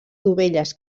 dovelles